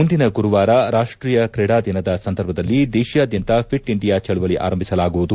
ಮುಂದಿನ ಗುರುವಾರ ರಾಷ್ತೀಯ ಕ್ರೀಡಾ ದಿನದ ಸಂದರ್ಭದಲ್ಲಿ ದೇಶಾದ್ಯಂತ ಫಿಟ್ ಇಂಡಿಯಾ ಚಳವಳಿ ಆರಂಭಿಸಲಾಗುವುದು